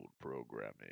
programming